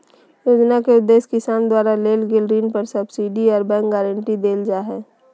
योजना के उदेश्य किसान द्वारा लेल गेल ऋण पर सब्सिडी आर बैंक गारंटी देल जा हई